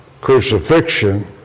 crucifixion